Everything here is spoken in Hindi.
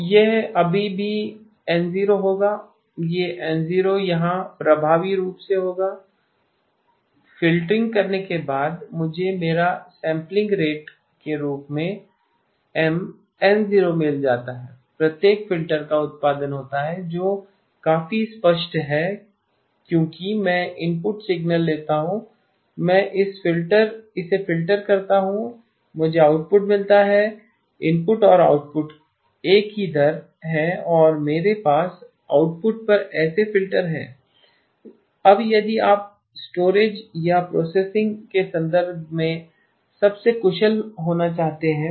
यह अभी भी N0 होगा यह N0 यहाँ प्रभावी रूप से होगा फ़िल्टरिंग करने के बाद मुझे मेरा सैंपलिंग रेट के रूप में M N0 मिल जाता प्रत्येक फिल्टर का उत्पादन होता है जो काफी स्पष्ट है क्योंकि मैं इनपुट सिग्नल लेता हूं मैं इसे फिल्टर करता हूं मुझे आउटपुट मिलता है इनपुट और आउटपुट एक ही दर हैं और मेरे पास आउटपुट पर ऐसे फिल्टर हैं अब यदि आप स्टोरेज या प्रोसेसिंग के संदर्भ में सबसे कुशल होना चाहते हैं